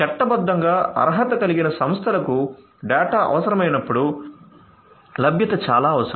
చట్టబద్ధంగా అర్హత కలిగిన సంస్థలకు డేటా అవసరమైనప్పుడు లభ్యత చాలా అవసరం